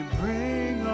bring